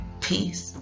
peace